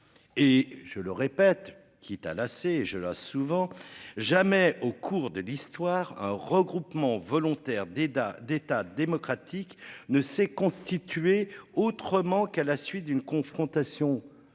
Et je le répète qui est à l'AC je là souvent jamais au cours de l'histoire un regroupement volontaire d'Aida d'État démocratique ne s'est constituée autrement qu'à la suite d'une confrontation